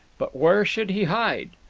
but where should he hide?